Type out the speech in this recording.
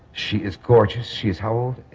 she is gorgeous. she's how old?